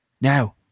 Now